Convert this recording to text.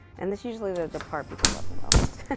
and that's usually the the part people love the most.